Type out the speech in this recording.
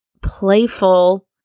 playful